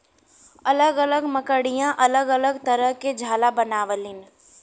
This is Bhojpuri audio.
अलग अलग मकड़िया अलग अलग तरह के जाला बनावलीन